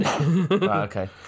Okay